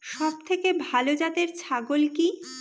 সবথেকে ভালো জাতের ছাগল কি?